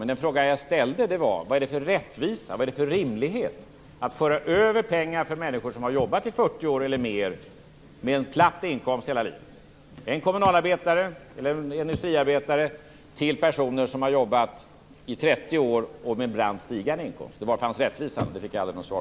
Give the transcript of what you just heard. Men den fråga jag ställde var: Vad är det för rättvisa och rimlighet i att föra över pengar från människor som jobbat i 40 år eller mer med en platt inkomst hela livet, från en kommunalarbetare eller industriarbetare till personer som har jobbat i 30 år och med en brant stigande inkomst? Var finns rättvisan? Jag fick aldrig något svar.